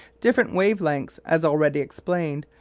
different wave-lengths, as already explained,